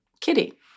Kitty